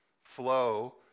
flow